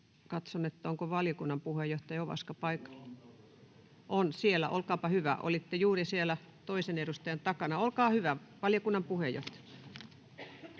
Ovaska: Kyllä on, arvoisa puhemies.] — On siellä, olkaapa hyvä. Olitte juuri siellä toisen edustajan takana. Olkaa hyvä, valiokunnan puheenjohtaja.